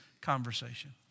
conversation